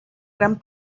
gran